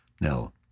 no